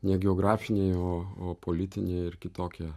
ne geografiniai o o politiniai ir kitokie